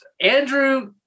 Andrew